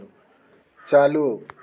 चालू